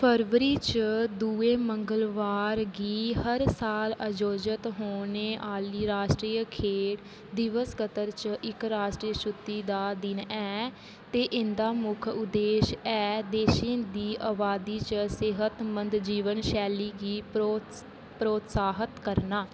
फरवरी च दुए मंगलबार गी हर साल आयोजत होने आह्ली राश्ट्री खेढ दिवस कतर च इक राश्ट्री छुट्टी दा दिन ऐ ते इं'दा मुक्ख उद्देश ऐ देशै दी अबादी च सेहतमंद जीवन शैली गी प्रोत्साहत करना